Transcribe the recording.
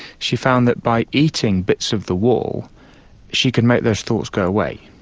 she found that by eating bits of the wall she could make those thoughts go away.